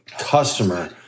customer